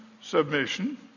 submission